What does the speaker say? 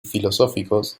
filosóficos